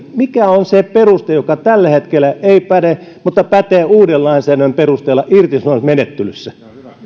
mikä on se peruste joka tällä hetkellä ei päde mutta pätee uuden lainsäädännön perusteella irtisanomismenettelyssä